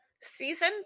season